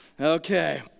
Okay